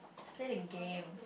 let's play the game